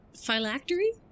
phylactery